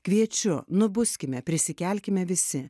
kviečiu nubuskime prisikelkime visi